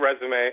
resume –